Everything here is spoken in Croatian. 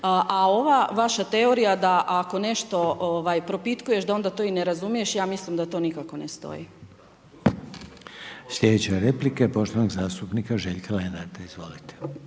A ova vaša teorija da ako nešto propitkuješ da onda to i ne razumiješ ja mislim da to nikako ne stoji. **Reiner, Željko (HDZ)** Sljedeća replika je poštovanog zastupnika Željka Lenarta. Izvolite.